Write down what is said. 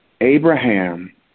Abraham